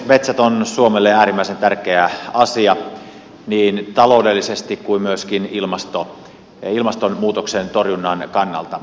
metsät ovat suomelle äärimmäisen tärkeä asia niin taloudellisesti kuin myöskin ilmastonmuutoksen torjunnan kannalta